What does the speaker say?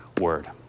word